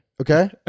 Okay